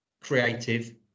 Creative